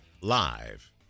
live